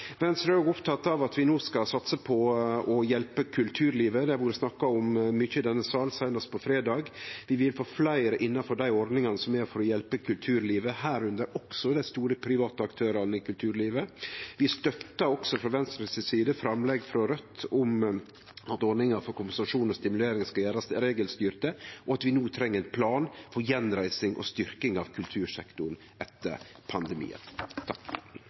Venstre er òg oppteke av at vi no skal satse på å hjelpe kulturlivet. Det har vore snakka om mykje i denne salen, seinast på fredag. Vi vil få fleire innanfor dei ordningane som er for å hjelpe kulturlivet, irekna også dei store private aktørane i kulturlivet. Frå Venstres side støttar vi også framlegg frå Raudt om at ordningar for kompensasjon og stimulering skal gjerast regelstyrte, og at vi no treng ein plan for gjenreising og styrking av kultursektoren etter